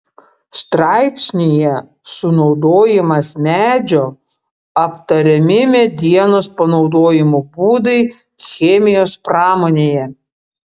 straipsnyje sunaudojimas medžio aptariami medienos panaudojimo būdai chemijos pramonėje